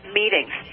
meetings